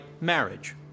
marriage